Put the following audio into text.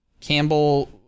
Campbell